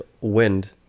wind